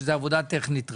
שזה עבודה טכנית רבה.